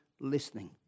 Listening